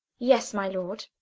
yes, my lord.